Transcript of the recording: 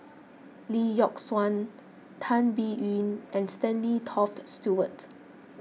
Lee Yock Suan Tan Biyun and Stanley Toft Stewart